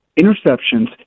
interceptions